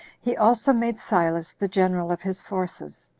he also made silas the general of his forces,